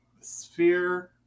sphere